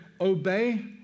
obey